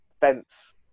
fence